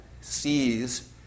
sees